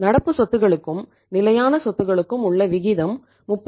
நடப்பு சொத்துகளுக்கும் நிலையான சொத்துகளுக்கும் உள்ள விகிதம் 38